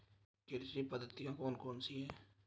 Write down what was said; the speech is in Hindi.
कृषि पद्धतियाँ कौन कौन सी हैं?